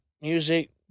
Music